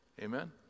Amen